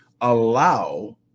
allow